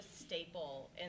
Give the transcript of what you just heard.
staple